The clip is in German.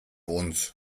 uns